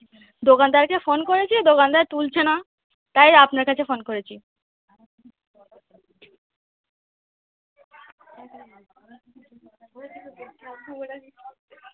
দোকানদারকে ফোন করেছি দোকানদার তুলছে না তাই আপনার কাছে ফোন করেছি